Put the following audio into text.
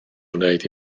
wneud